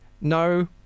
no